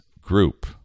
group